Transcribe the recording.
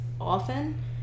often